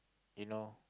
you know